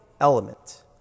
element